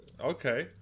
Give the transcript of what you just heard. Okay